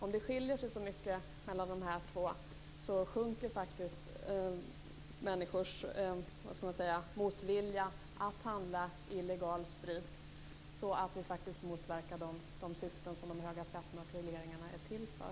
Om det skiljer sig mycket mellan dessa två saker, så sjunker faktiskt människors motvilja mot att handla illegal sprit. Det motverkar faktiskt de syften som de höga skatterna och regleringarna är till för.